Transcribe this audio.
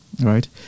right